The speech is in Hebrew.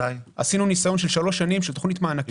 עשינו ניסיון של שלוש שנים של תוכנית מענקים.